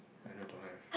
I know don't have